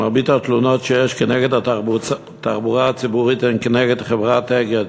מרבית התלונות שיש כנגד התחבורה הציבורית הן כנגד חברת "אגד".